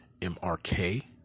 MRK